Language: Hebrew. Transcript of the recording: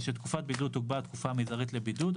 שתקופת בידוד תוגבל לתקופה המזערית לבידוד.